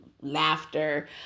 laughter